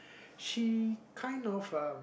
she kind of uh